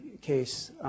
case